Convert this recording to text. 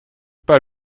pas